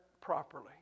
properly